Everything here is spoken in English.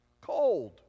Cold